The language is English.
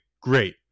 Great